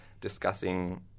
discussing